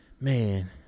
Man